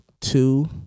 two